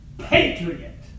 patriot